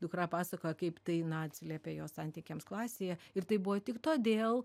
dukra pasakoja kaip tai na atsiliepė jos santykiams klasėje ir taip buvo tik todėl